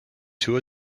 two